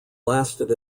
lasted